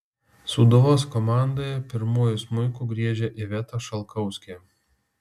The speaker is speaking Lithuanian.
sūduvos komandoje pirmuoju smuiku griežia iveta šalkauskė